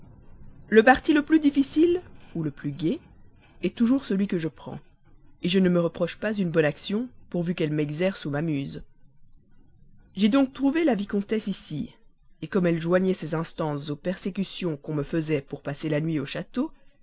le parti le plus difficile ou le plus gai est toujours celui que je prends je ne me reproche pas une bonne action pourvu qu'elle m'exerce ou m'amuse j'ai donc trouvé la vicomtesse ici comme elle joignait ses instances aux persécutions qu'on me faisait pour passer la nuit au château